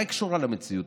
מה היא קשורה למציאות?